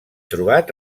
trobat